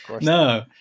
No